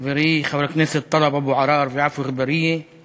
חברי חברי הכנסת טלב אבו עראר ועפו אגבאריה,